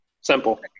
Simple